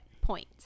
point